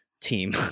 team